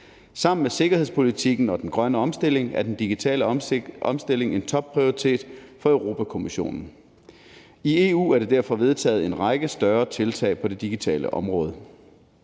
Sammen med sikkerhedspolitikken og den grønne omstilling er den digitale omstilling en topprioritet for Europa-Kommissionen. I EU er der derfor vedtaget en række større tiltag på det digitale område.